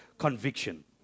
Conviction